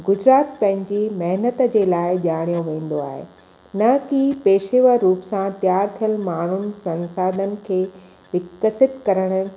गुजरात पंहिंजी महिनत जे लाइ ॼाणियो वेंदो आहे न की पेशेवर रूप सां तयारु थियलु माण्हुनि संसाधन खे विकसित करण